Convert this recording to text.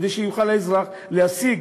כדי שהאזרח יוכל להשיג,